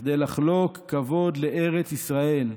"כדי לחלוק כבוד לארץ ישראל,